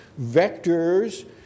vectors